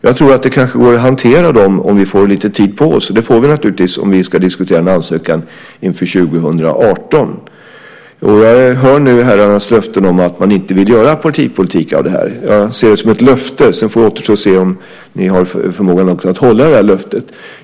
Jag tror att det kanske går att hantera dem om vi får lite tid på oss, och det får vi naturligtvis om vi ska diskutera en ansökan inför 2018. Jag hör nu herrarnas löften om att man inte vill göra partipolitik av det här. Jag ser det som ett löfte. Sedan får det återstå att se om ni har förmåga att hålla det löftet.